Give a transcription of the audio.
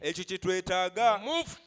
Move